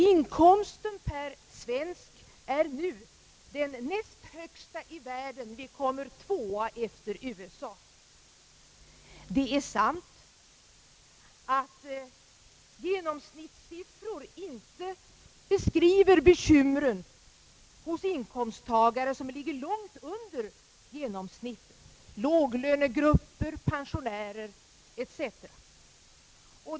Inkomsten per person är nu den näst högsta i världen, vi kommer tvåa efter USA. Det är sant att genomsnittssiffror inte beskriver bekymren hos inkomsttagare som ligger långt under genomsnittet, låglönegrupper, pensionärer etc.